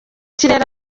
kirere